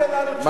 תן תשובה